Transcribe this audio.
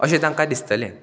अशें तांकां दिसतलें